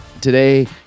today